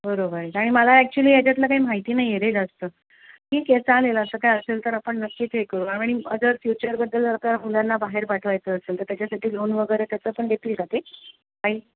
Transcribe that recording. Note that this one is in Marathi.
बरोबर आहे आणि मला ॲक्च्युअली याच्यातला काही माहिती नाहीये रे जास्त ठीक आहे चालेल असं काय असेल तर आपण नक्कीच हे करू आणि जर फ्युचरबद्दल जर का मुलांना बाहेर पाठवायचं असेल तर त्याच्यासाठी लोन वगैरे त्याचं पण देतील का ते काही